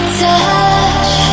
touch